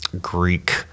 Greek